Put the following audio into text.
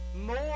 more